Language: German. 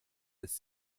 ist